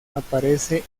aparece